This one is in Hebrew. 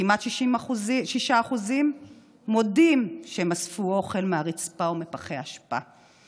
כמעט 6% מודים שהם אספו אוכל מהרצפה ומפחי אשפה.